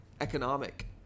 economic